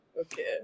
okay